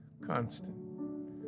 constant